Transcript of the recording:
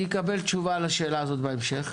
אקבל תשובה על השאלה הזאת בהמשך,